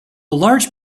large